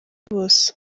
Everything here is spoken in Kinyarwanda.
bose